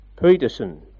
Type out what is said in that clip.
Peterson